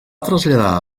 traslladar